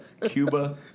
Cuba